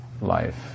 life